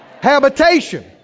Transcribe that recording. habitation